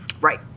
right